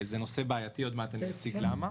זה נושא בעייתי, עוד מעט אציג למה.